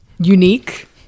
Unique